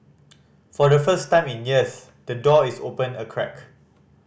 for the first time in years the door is open a crack